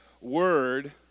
word